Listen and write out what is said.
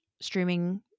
streaming